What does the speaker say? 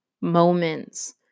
moments